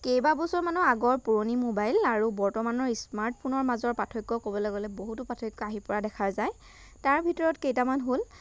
কেইবা বছৰ মানৰ আগৰ পুৰণি মোবাইল আৰু বৰ্তমানৰ স্মাৰ্টফোনৰ মাজৰ পাৰ্থক্য ক'বলৈ গ'লে বহুতো পাৰ্থক্য আহি পৰা দেখা যায় তাৰ ভিতৰত কেইটামান হ'ল